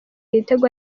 igitego